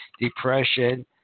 depression